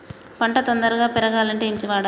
పంట తొందరగా పెరగాలంటే ఏమి వాడాలి?